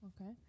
Okay